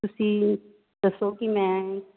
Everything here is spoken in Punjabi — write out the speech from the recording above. ਤੁਸੀਂ ਦੱਸੋ ਕਿ ਮੈਂ